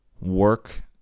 work